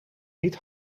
niet